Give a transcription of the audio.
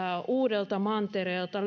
uudelta mantereelta